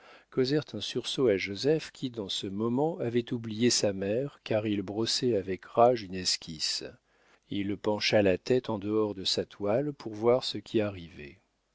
causèrent un sursaut à joseph qui dans ce moment avait oublié sa mère car il brossait avec rage une esquisse il pencha la tête en dehors de sa toile pour voir ce qui arrivait